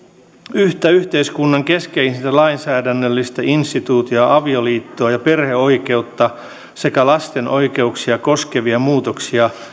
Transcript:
yhtä yhteiskunnan keskeisintä lainsäädännöllistä instituutiota avioliittoa ja perheoikeutta sekä lasten oikeuksia koskevia muutoksia